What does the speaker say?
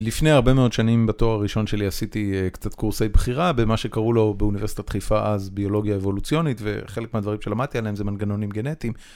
לפני הרבה מאוד שנים בתואר הראשון שלי עשיתי קצת קורסי בחירה במה שקראו לו באוניברסיטת חיפה אז ביולוגיה אבולוציונית וחלק מהדברים שלמדתי עליהם זה מנגנונים גנטיים.